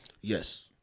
Yes